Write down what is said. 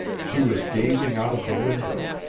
she was gazing out of the window.